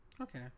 Okay